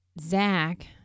Zach